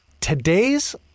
Today's